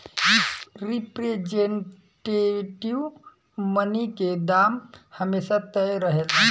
representative money के दाम हमेशा तय रहेला